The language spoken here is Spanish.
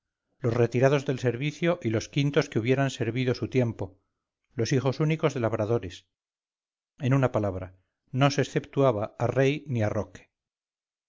los retiradosdel servicio y los quintos que hubieran servido su tiempo los hijos únicos de labradores en una palabra no se exceptuaba a rey ni a roque